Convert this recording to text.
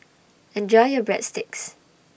Enjoy your Breadsticks